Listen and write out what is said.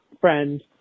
friend